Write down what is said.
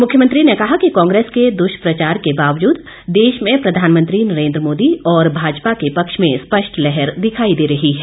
मुख्यमंत्री ने कहा कि कांग्रेस के दुष्प्रचार के बावजूद देश में प्रधानमंत्री नरेन्द्र मोदी और भाजपा के पक्ष में स्पष्ट लहर दिखाई दे रही है